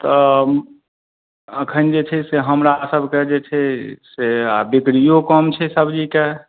तऽ एखैन जे छै से हमरा सबके जे छै से आओर बिक्रिओ कम छै सब्जीके